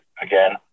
again